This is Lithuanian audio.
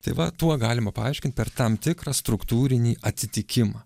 tai va tuo galima paaiškint per tam tikrą struktūrinį atsitikimą